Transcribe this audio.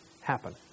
happen